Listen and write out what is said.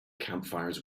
campfires